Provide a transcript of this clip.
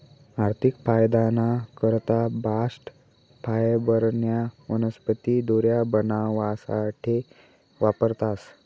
आर्थिक फायदाना करता बास्ट फायबरन्या वनस्पती दोऱ्या बनावासाठे वापरतास